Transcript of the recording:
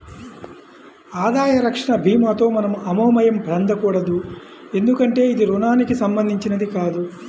ఆదాయ రక్షణ భీమాతో మనం అయోమయం చెందకూడదు ఎందుకంటే ఇది రుణానికి సంబంధించినది కాదు